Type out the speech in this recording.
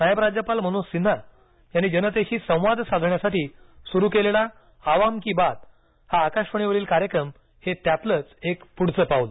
नायब राज्यपाल मनोज सिन्हा यांनी जनतेशी संवाद साधण्यासाठी सुरू केलेला आवाम की बात हा आकाशवाणीवरील कार्यक्रम हे त्यातलंचं एक पुढच पाऊल